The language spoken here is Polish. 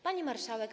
Pani Marszałek!